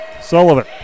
Sullivan